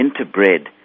interbred